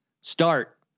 start